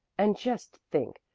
and just think!